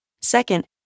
Second